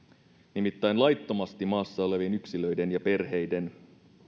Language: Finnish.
nimittäin laittomasti maassa olevien yksilöiden ja perheiden